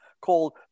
called